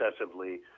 excessively